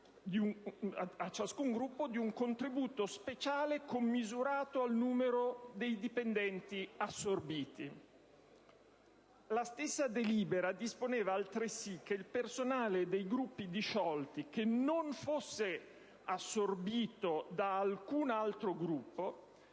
a ciascun Gruppo di un contributo speciale, commisurato al numero dei dipendenti assorbiti. La stessa delibera disponeva altresì che il personale dei Gruppi disciolti che non fosse stato assorbito da alcun altro Gruppo,